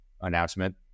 announcement